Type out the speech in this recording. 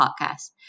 podcast